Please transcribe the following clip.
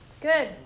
Good